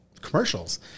commercials